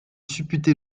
supputer